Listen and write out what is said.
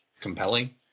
compelling